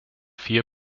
vier